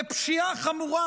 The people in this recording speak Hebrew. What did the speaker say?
בפשיעה חמורה,